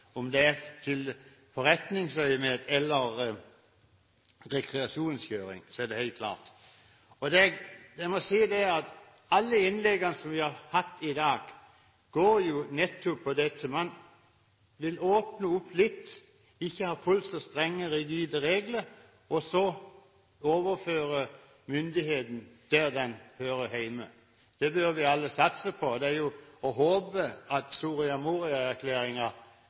om det er i forretningsøyemed eller det er rekreasjonskjøring – bare så det er helt klart. Jeg må si at alle innleggene som vi har hatt i dag, går jo nettopp på dette. Man vil åpne opp litt, ikke ha fullt så strenge, rigide regler, og så overføre myndigheten der den hører hjemme. Det bør vi alle satse på, og det er jo å håpe at